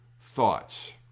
thoughts